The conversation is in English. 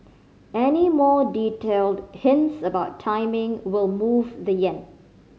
any more detailed hints about timing will move the yen